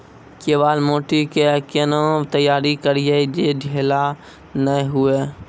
केवाल माटी के कैना तैयारी करिए जे ढेला नैय हुए?